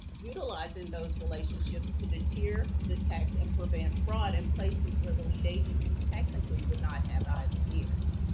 utilizing those relationships to deter, detect, and prevent fraud in places where the lead agency technically would not have eyes and ears.